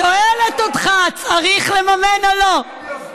שואלת אותך: צריך לממן או לא?